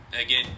Again